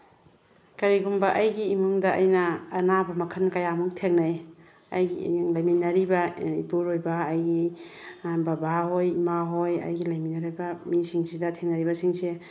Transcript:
ꯀꯔꯤꯒꯨꯝꯕ ꯑꯩꯒꯤ ꯏꯃꯨꯡꯗ ꯑꯩꯅ ꯑꯅꯥꯕ ꯃꯈꯜ ꯀꯌꯥꯃꯨꯛ ꯊꯦꯡꯅꯩ ꯑꯩꯒꯤ ꯂꯩꯃꯤꯟꯅꯔꯤꯕ ꯏꯄꯨꯔꯣꯏꯕ ꯑꯩꯒꯤ ꯕꯥꯕꯥ ꯍꯣꯏ ꯏꯃꯥ ꯍꯣꯏ ꯑꯩꯒ ꯂꯩꯃꯤꯟꯅꯔꯒ ꯃꯤꯁꯤꯡꯁꯤꯗ ꯊꯦꯡꯅꯔꯤꯕ ꯁꯤꯡꯁꯦ